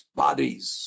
bodies